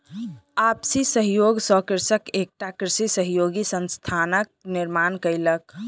आपसी सहयोग सॅ कृषक एकटा कृषि सहयोगी संस्थानक निर्माण कयलक